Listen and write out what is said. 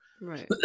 right